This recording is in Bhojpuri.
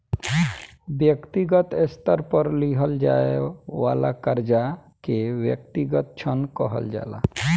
व्यक्तिगत स्तर पर लिहल जाये वाला कर्जा के व्यक्तिगत ऋण कहल जाला